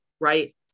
right